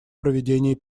проведении